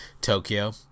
Tokyo